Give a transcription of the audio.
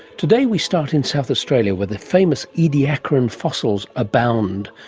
today we start in south australia where the famous ediacaran fossils abound,